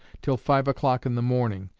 till five o'clock in the morning,